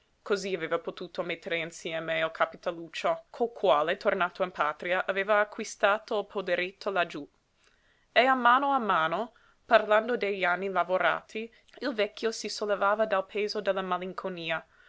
cosí aveva potuto mettere insieme il capitaluccio col quale tornato in patria aveva acquistato il poderetto laggiú e a mano a mano parlando degli anni lavorati il vecchio si sollevava dal peso della malinconia